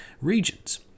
regions